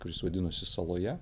kuris vadinosi saloje